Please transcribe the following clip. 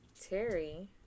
Terry